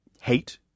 Hate